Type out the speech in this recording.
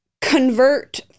convert